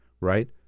Right